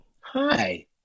Hi